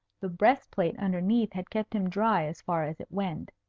the breast-plate underneath had kept him dry as far as it went.